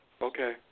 Okay